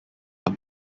are